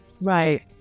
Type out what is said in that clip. Right